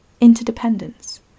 interdependence